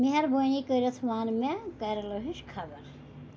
مہربٲنی کٔرِتھ ون مے کیرالہ ہٕچ خبر